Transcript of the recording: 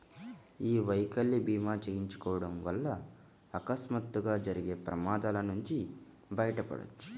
యీ వైకల్య భీమా చేయించుకోడం వల్ల అకస్మాత్తుగా జరిగే ప్రమాదాల నుంచి బయటపడొచ్చు